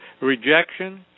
rejection